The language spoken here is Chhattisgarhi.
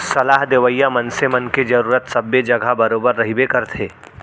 सलाह देवइया मनसे मन के जरुरत सबे जघा बरोबर रहिबे करथे